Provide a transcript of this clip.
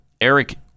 Eric